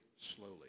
slowly